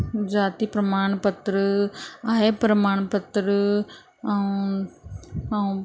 जाती प्रमाण पत्र आहे प्रमाण पत्र ऐं ऐं